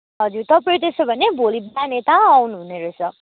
हजुर तपाईँ त्यसोभने भोलि बिहानै त आउनुहुने रहेछ